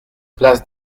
place